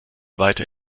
weiter